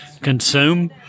consume